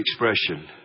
expression